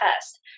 test